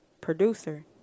producer